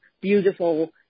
beautiful